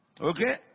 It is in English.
Okay